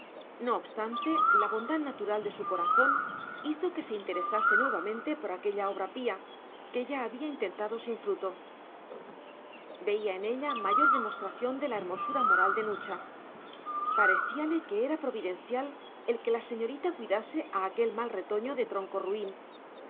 no obstante la bondad natural de su corazón hizo que se interesase nuevamente por aquella obra pía que ya había intentado sin fruto veía en ella mayor demostración de la hermosura moral de nucha parecíale que era providencial el que la señorita cuidase a aquel mal retoño de tronco ruin